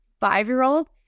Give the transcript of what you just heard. five-year-old